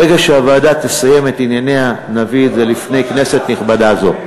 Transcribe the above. ברגע שהוועדה תסיים את ענייניה נביא את זה לפני כנסת נכבדה זו.